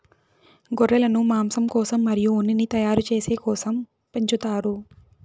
గొర్రెలను మాంసం కోసం మరియు ఉన్నిని తయారు చేసే కోసం పెంచుతారు